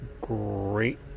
great